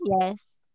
yes